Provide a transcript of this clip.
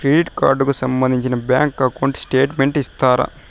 Credit card కు సంబంధించిన bank account statement ఇస్తారా?